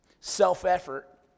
self-effort